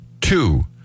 Two